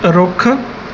ਰੁੱਖ